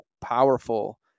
powerful